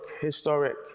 historic